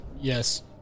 Yes